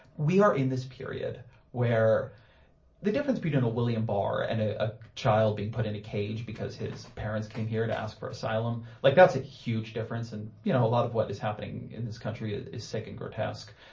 we are in this period where the difference between a william barr and a a child being put in a cage because his parents came here to ask for asylum. like that's a huge difference, and you know a lot of what is happening in this country is is sick and grotesque.